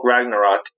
Ragnarok